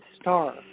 star